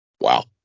Wow